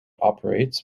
operates